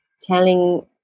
telling